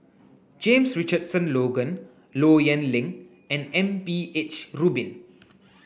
James Richardson Logan Low Yen Ling and M B H Rubin